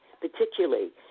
particularly